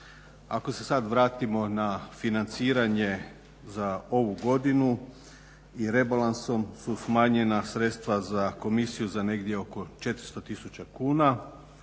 Ako se sad vratimo na financiranje za ovu godinu rebalansom su smanjenja sredstva za komisiju za negdje oko 400000 kuna,